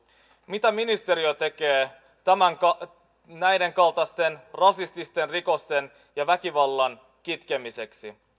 mitä ministeriö tekee näiden kaltaisten rasististen rikosten ja väkivallan kitkemiseksi